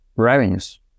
revenues